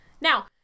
Now